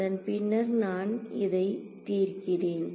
அதன் பின்னர் நான் இதை தீர்க்கிறேன்